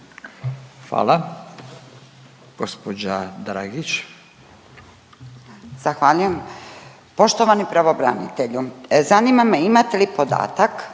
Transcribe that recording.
Irena (SDP)** Zahvaljujem. Poštovani pravobranitelju. Zanima me imate li podatak